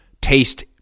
taste